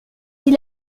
dit